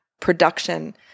production